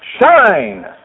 shine